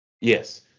yes